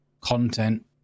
content